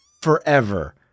forever